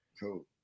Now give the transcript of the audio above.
Cool